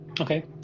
okay